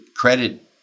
credit